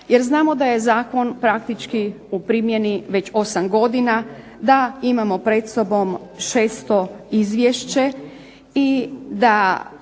jer znamo da je zakon praktički u primjeni već 8 godina, da imamo pred sobom 6. izvješće i da